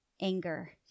anger